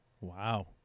Wow